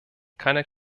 keine